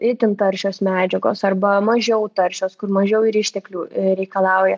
itin taršios medžiagos arba mažiau taršios kur mažiau ir išteklių reikalauja